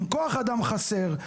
עם כוח אדם חסר,